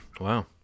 wow